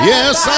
Yes